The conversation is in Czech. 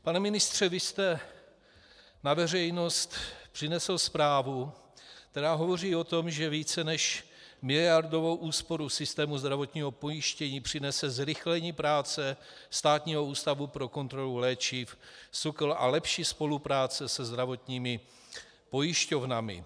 Pane ministře, vy jste na veřejnost přinesl zprávu, která hovoří o tom, že více než miliardovou úsporu zdravotního pojištění přinese zrychlení práce Státního ústavu pro kontrolu léčiv, SÚKLu, a lepší spolupráce se zdravotními pojišťovnami.